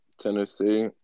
Tennessee